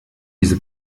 diese